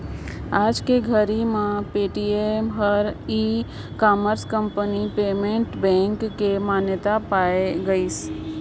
आयज के घरी मे पेटीएम हर e commerce company payment bank के मान्यता पाए गइसे